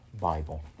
Bible